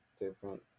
different